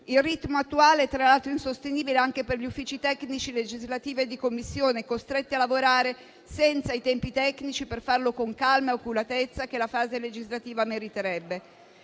Il ritmo attuale è tra l'altro insostenibile anche per gli uffici tecnici, legislativi e Commissione, costretti a lavorare senza i tempi tecnici per farlo con calma e oculatezza, come la fase legislativa meriterebbe.